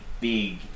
big